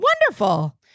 Wonderful